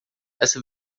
essa